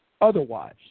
otherwise